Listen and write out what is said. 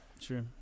sure